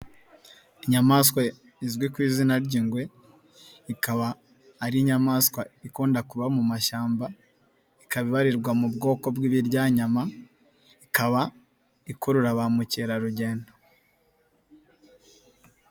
Inyamaswa izwi ku izina ry'ingwe, ikaba ari inyamaswa ikunda kuba mu mashyamba, ikaba ibarirwa mu bwoko bw'ibiryayama, ikaba ikurura ba mukerarugendo.